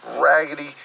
raggedy